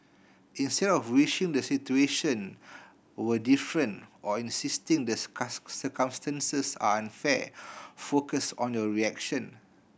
instead of wishing the situation were different or insisting the circumstances are unfair focus on your reaction